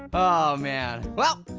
but man. welp,